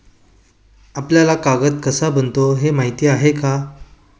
आपल्याला कागद कसा बनतो हे माहीत आहे का?